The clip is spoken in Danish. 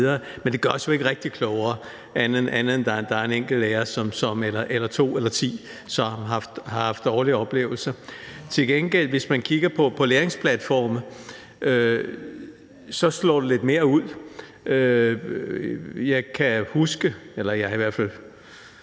Men det gør os jo ikke rigtig klogere, ud over at der er en enkelt lærer eller to eller ti, som har haft dårlige oplevelser. Hvis man til gengæld kigger på læringsplatforme, slår det lidt mere ud. Jeg kan i hvert fald